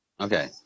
Okay